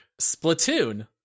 Splatoon